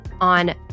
on